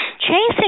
chasing